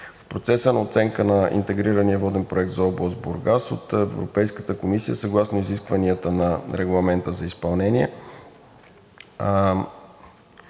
В процеса на оценка на „Интегрирания воден проект за област Бургас“ от Европейската комисия съгласно изискванията на регламента за изпълнение